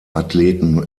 athleten